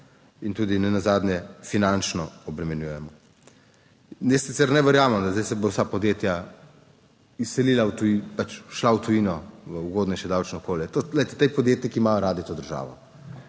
in tudi nenazadnje finančno obremenjujemo. Jaz sicer ne verjamem, da zdaj se bodo vsa podjetja izselila v tujino, pač šla v tujino v ugodnejše davčno okolje. Glejte, ti podjetniki imajo radi to državo